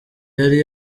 yari